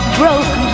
broken